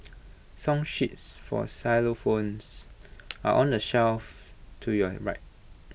song sheets for xylophones are on the shelf to your right